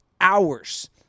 hours